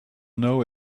know